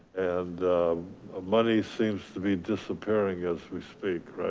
and money seems to be disappearing as we speak, right?